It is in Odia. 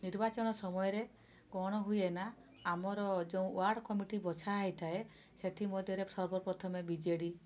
ନିର୍ବାଚନ ସମୟରେ କ'ଣ ହୁଏ ନା ଆମର ଯେଉଁ ୱାର୍ଡ଼ କମିଟି ବଛା ହୋଇଥାଏ ସେଥିମଧ୍ୟରେ ସର୍ବପ୍ରଥମେ ବିଜେଡ଼ି